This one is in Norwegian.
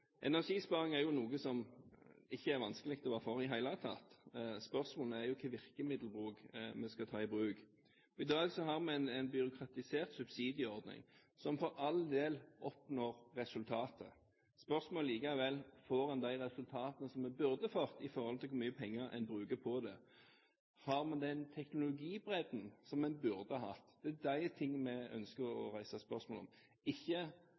Energisparing er noe som ikke er vanskelig å være for i det hele tatt. Spørsmålet er jo hvilke virkemidler vi skal ta i bruk. I dag har vi en byråkratisert subsidieordning, som for all del oppnår resultater. Spørsmålet er likevel: Får en de resultatene som en burde fått i forhold til hvor mye penger en bruker på det? Har vi den teknologibredden som vi burde hatt? Det er det vi ønsker å reise spørsmål om, og ikke